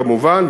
כמובן,